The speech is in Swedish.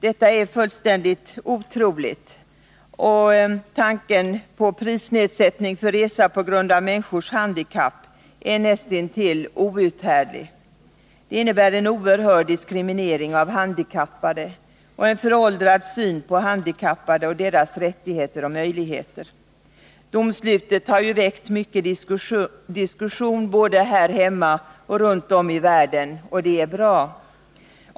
Detta är fullständigt otroligt, och tanken på prisnedsättning för resa på grund av människors handikapp är näst intill outhärdlig. Det innebär en oerhörd diskriminering av handikappade och uttrycker en föråldrad syn på handikappade och deras rättigheter och möjligheter. Domslutet har ju väckt mycket diskussion både här hemma och runt om i världen. Det är bra.